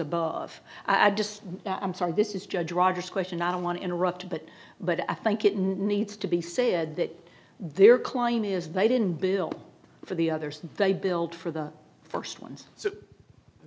above i just i'm sorry this is judge rogers question i don't want to interrupt but but i think it needs to be said that there klein is they didn't build for the others they built for the first ones so